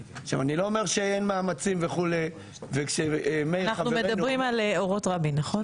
אני לא אומר שאין מאמצים- -- אנחנו מדברים על אורות רבין נכון?